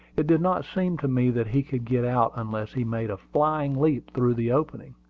it did not seem to me that he could get out unless he made a flying leap through the opening.